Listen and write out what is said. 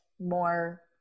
more